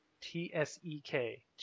T-S-E-K